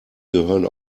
gehören